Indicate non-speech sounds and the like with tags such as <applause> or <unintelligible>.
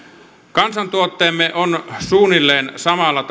kansantuotteemme on suunnilleen samalla <unintelligible>